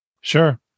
Sure